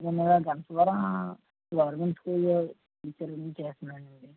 నేను Lakkavaram government school teacher కింద చేస్తున్నాను అండి